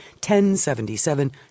1077